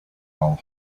all